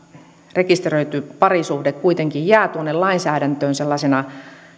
rekisteröity parisuhde kuitenkin jää tuonne lainsäädäntöön sellaisena